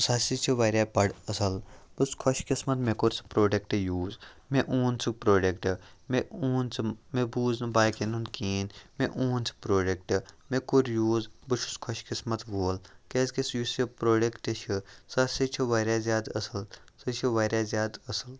سُہ ہاسے چھِ واریاہ بَڑٕ اَصٕل بہٕ چھُس خوش قسمت مےٚ کوٚر سُہ پرٛوٚڈَکٹ یوٗز مےٚ اون سُہ پرٛوٚڈَکٹ مےٚ اون سُہ مےٚ بوٗز نہٕ باقیَن ہُنٛد کِہیٖنۍ مےٚ اون سُہ پرٛوٚڈَکٹ مےٚ کوٚر یوٗز بہٕ چھُس خوش قسمَت وول کیٛازِکہِ یُس یہِ پرٛوٚڈَکٹ چھِ سُہ ہاسے چھُ واریاہ زیادٕ اَصٕل سُہ چھِ واریاہ زیادٕ اصٕل